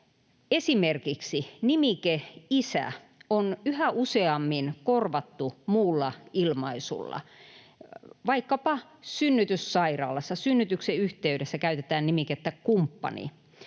Esimerkiksi nimike ”isä” on yhä useammin korvattu muulla ilmaisulla. Vaikkapa synnytyssairaalassa synnytyksen yhteydessä käytetään nimikettä ”kumppani”.